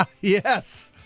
Yes